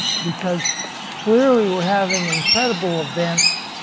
because clearly we're having incredible events